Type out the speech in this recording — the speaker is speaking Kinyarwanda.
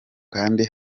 kandi